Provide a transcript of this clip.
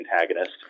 antagonist